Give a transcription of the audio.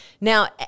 Now